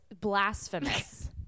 blasphemous